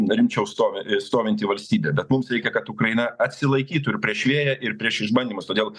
rimčiau stovi stovinti valstybę bet mums reikia kad ukraina atsilaikytų ir prieš vėją ir prieš išbandymus todėl